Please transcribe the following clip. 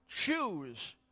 choose